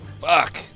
Fuck